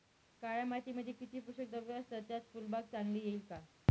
काळ्या मातीमध्ये किती पोषक द्रव्ये असतात, त्यात फुलबाग चांगली येईल का?